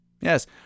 Yes